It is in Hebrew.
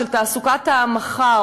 של תעסוקת המחר,